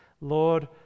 Lord